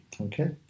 Okay